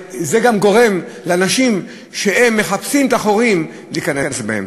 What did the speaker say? זה גם גורם לאנשים שמחפשים את החורים להיכנס בהם.